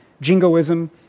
jingoism